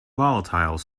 volatile